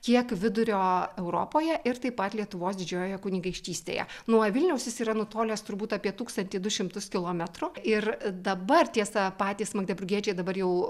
kiek vidurio europoje ir taip pat lietuvos didžiojoje kunigaikštystėje nuo vilniaus jis yra nutolęs turbūt apie tūkstantį du šimtus kilometrų ir dabar tiesa patys magdeburgiečiai dabar jau